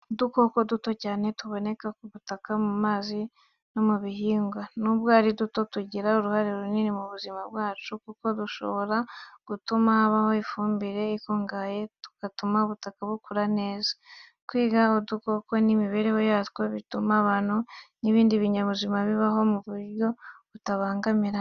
Udukoko duto cyane tuboneka ku butaka, mu mazi no mu bihingwa. Nubwo ari duto, tugira uruhare runini mu buzima bwacu kuko dushobora gutuma habaho ifumbire ikungahaye, tugatuma ubutaka bukura neza. Kwiga ku dukoko n’imibereho yatwo, bituma abantu n’ibindi binyabuzima bibaho mu buryo butabangamirana.